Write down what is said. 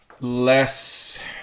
less